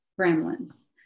gremlins